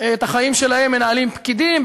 את החיים שלהם מנהלים פקידים,